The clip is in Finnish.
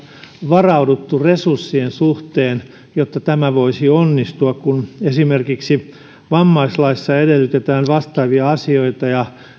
varauduttu resurssien suhteen jotta tämä voisi onnistua kun esimerkiksi vammaislaissa edellytetään vastaavia asioita ja